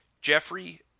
Jeffrey